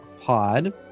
pod